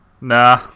nah